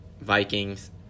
Vikings